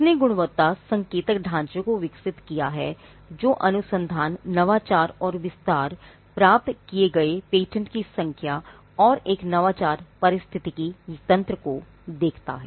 उसने गुणवत्ता संकेतक ढांचे को विकसित किया है जो अनुसंधान नवाचार और विस्तार प्राप्त किए गए पेटेंट की संख्या और एक नवाचार पारिस्थितिकी तंत्र को देखता है